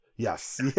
Yes